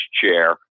chair